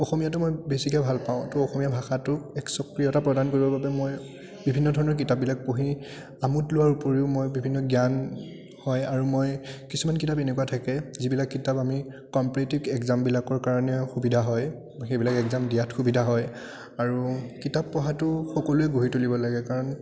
অসমীয়াটো মই বেছিকে ভাল পাওঁ ত' অসমীয়া ভাষাটোক এক স্বকীয়তা প্ৰদান কৰিবৰ বাবে মই বিভিন্ন ধৰণৰ কিতাপবিলাক পঢ়ি আমোদ লোৱাৰ উপৰিও মই বিভিন্ন জ্ঞান হয় আৰু মই কিছুমান কিতাপ এনেকুৱা থাকে যিবিলাক কিতাপ আমি কম্পিটিভ এক্সামবিলাকৰ কাৰণেও সুবিধা হয় সেইবিলাক এক্সাম দিয়াত সুবিধা হয় আৰু কিতাপ পঢ়াটো সকলোৱে গঢ়ি তুলিব লাগে কাৰণ